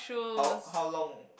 how how long